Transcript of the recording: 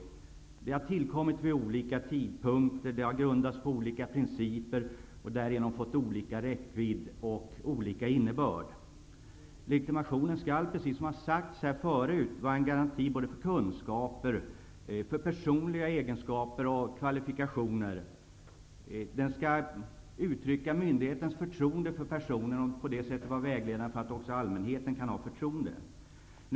Behörigheter och legitimationer har tillkommit vid olika tidpunkter och grundats på olika principer och därigenom fått olika räckvidd och olika innebörd. Legitimationen skall, precis som det har sagts tidigare, vara en garanti för kunskaper, för personliga egenskaper och kvalifikationer. Den skall uttrycka myndighetens förtroende för personen i fråga och på det sättet även vara vägledande för att allmänheten skall kunna ha förtroende för denna person.